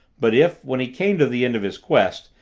but if, when he came to the end of his quest,